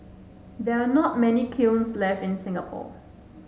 there are not many kilns left in Singapore